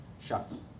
shots